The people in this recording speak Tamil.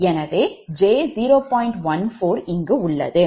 14 இங்கு உள்ளது